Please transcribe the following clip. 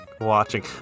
watching